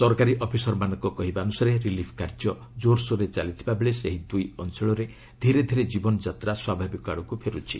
ସରକାରୀ ଅଫିସରମାନଙ୍କ କହିବା ଅନୁସାରେ ରିଲିଫ୍ କାର୍ଯ୍ୟ କୋରସୋରରେ ଚାଲିଥିବାବେଳେ ସେହି ଦୁଇ ଅଞ୍ଚଳରେ ଧୀରେ ଧୀରେ ଜୀବନଯାତ୍ରା ସ୍ୱାଭାବିକ ଆଡ଼କୁ ଫେରୁଛି